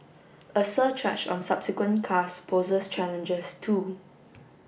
a surcharge on subsequent cars poses challenges too